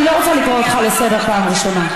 אני לא רוצה לקרוא אותך לסדר פעם ראשונה.